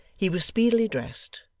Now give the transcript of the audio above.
he was speedily dressed,